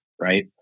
right